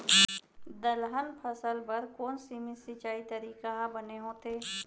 दलहन फसल बर कोन सीमित सिंचाई तरीका ह बने होथे?